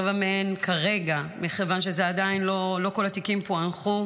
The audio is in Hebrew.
רבע מהן כרגע, מכיוון שעדיין לא כל התיקים פוענחו,